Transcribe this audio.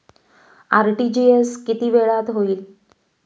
RTGS किती वेळात होईल?